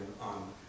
on